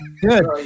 good